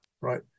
right